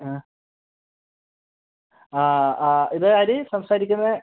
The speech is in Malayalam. ആ ആ ആ ഇത് ആര് സംസാരിക്കുന്നത്